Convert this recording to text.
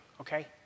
okay